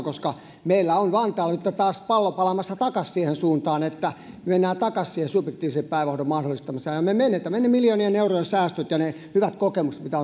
koska meillä on vantaalla nyt taas pallo palaamassa takaisin siihen suuntaan että me menemme takaisin subjektiivisen päivähoidon mahdollistamiseen ja me menetämme ne miljoonien eurojen säästöt ja ne hyvät kokemukset mitä